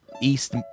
East